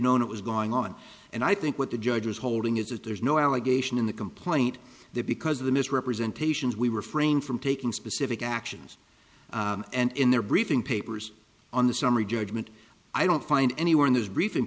known it was going on and i think what the judge was holding is that there's no allegation in the complaint that because of the misrepresentations we refrain from taking specific actions and in their briefing papers on the summary judgment i don't find anywhere in this briefing